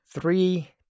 Three